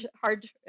hard